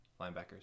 linebackers